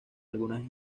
algunas